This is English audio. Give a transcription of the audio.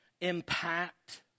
impact